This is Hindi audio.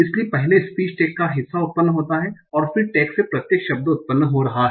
इसलिए पहले स्पीच टैग का हिस्सा उत्पन्न होता है और फिर टैग से प्रत्येक शब्द उत्पन्न हो रहा हैं